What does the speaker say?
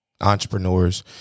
entrepreneurs